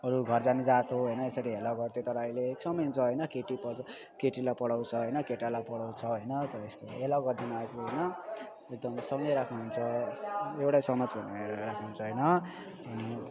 अरूको घर जाने जात हो होइन यसरी हेला गर्थ्यो तर अहिले एक समान छ होइन केटी पढ्छ केटीलाई पढाउँछ होइन केटालाई पढाउँछ होइन तर यस्तो हेला गर्दैन आजकल होइन एकदम सँगै राख्नुहुन्छ एउटै समान सोचेर राख्नुहुन्छ होइन